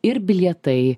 ir bilietai